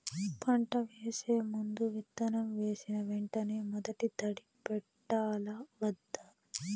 పంట వేసే ముందు, విత్తనం వేసిన వెంటనే మొదటి తడి పెట్టాలా వద్దా?